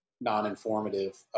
non-informative